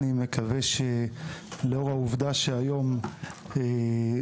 אני מקדם בברכה את נוכחותה של חברתי; חברת הכנסת אתי